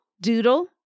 doodle